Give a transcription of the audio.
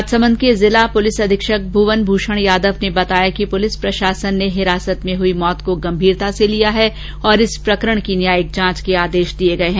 राजसमंद के जिला पुलिस अधीक्षक भूवन भूषण यादव ने बताया कि पुलिस प्रशासन ने हिरासत में हुई मौत को गंभीरता से लिया है और इस प्रकरण की न्यायिक जांच के आदेश दिये गये हैं